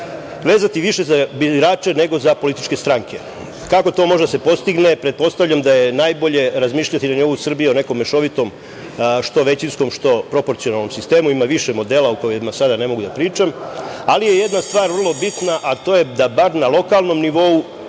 vezati više za birače nego za političke stranke. Kako to može da se postigne? Pretpostavljam da je najbolje razmišljati na nivou Srbije o nekom mešovitom, što većinskom, što proporcionalnom sistemu, ima više modela o kojima ne mogu sada da pričam. Ali je jedna stvar vrlo bitna, a to je da bar na lokalnom nivou